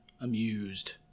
amused